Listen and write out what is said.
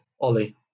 Ollie